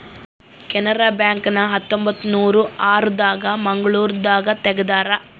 Canara bank ನ ಹತ್ತೊಂಬತ್ತನೂರ ಆರ ದಾಗ ಮಂಗಳೂರು ದಾಗ ತೆಗ್ದಾರ